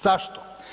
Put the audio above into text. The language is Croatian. Zašto?